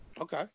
Okay